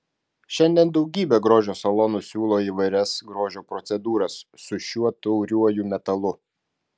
šiandien daugybė grožio salonų siūlo įvairias grožio procedūras su šiuo tauriuoju metalu